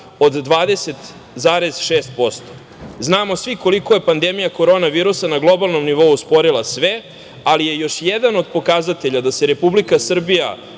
od 20,6%.Znamo svi koliko je pandemija korona virusa na globalnom nivou usporila sve, ali je još jedan od pokazatelja da se Republika Srbija